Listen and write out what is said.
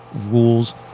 rules